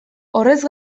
horrez